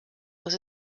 was